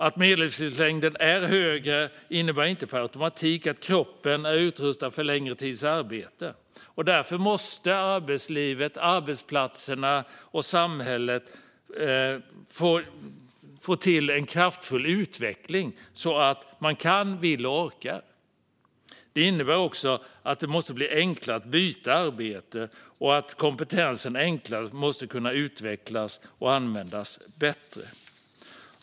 Att medellivslängden är högre innebär inte per automatik att kroppen är utrustad för längre tids arbete, och därför måste arbetslivet, arbetsplatserna och samhället få till en kraftfull utveckling så att man kan, vill och orkar. Det innebär också att det måste bli enklare att byta arbete och att utveckla och använda kompetensen bättre.